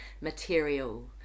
material